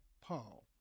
Paul